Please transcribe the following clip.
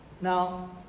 Now